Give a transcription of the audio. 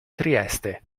trieste